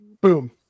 Boom